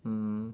mm